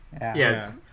Yes